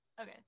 Okay